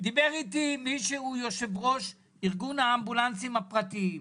דיבר איתי מי שהוא יושב ראש ארגון האמבולנסים הפרטיים,